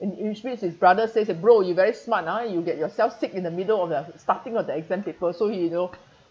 and usually it's his brother says eh bro you very smart ah you get yourself sick in the middle of the starting of the exam paper so you know